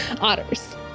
Otters